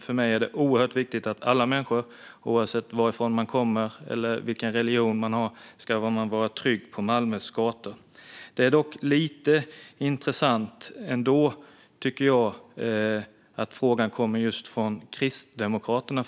För mig är det oerhört viktigt att alla människor, oavsett varifrån de kommer eller vilken religion de har, ska vara trygga på Malmös gator. Jag tycker dock att det är lite intressant att frågan kommer just från Kristdemokraterna.